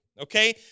Okay